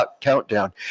countdown